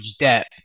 depth